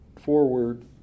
forward